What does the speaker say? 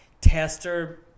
tester